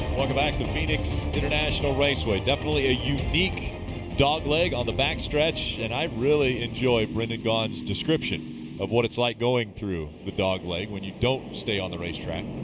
welcome back to phoenix international raceway. definitely a unique dogleg on the back stretch. and i really enjoy brendan gaughan's description of what it's like going through the dogleg when you don't stay on the racetrack.